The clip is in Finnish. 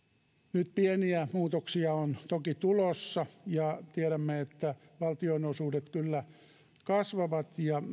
nyt pieniä muutoksia on toki tulossa tiedämme että valtionosuudet kyllä kasvavat ja